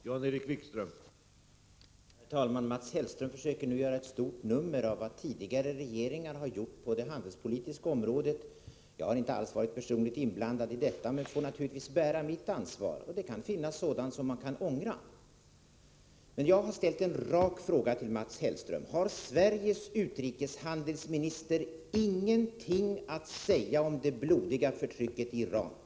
Herr talman! Mats Hellström försöker nu göra ett stort nummer av vad — delser och utbildtidigare regeringar gjort på det handelspolitiska området. Jag har inte varit personligt inblandad i detta, men jag får naturligtvis bära mitt ansvar, och det kan finnas sådant som man kan ångra. Men jag har ställt en rak fråga till Mats Hellström: Har Sveriges utrikeshandelsminister ingenting att säga om det blodiga förtrycket i Iran?